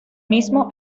mismo